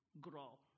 grow